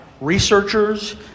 researchers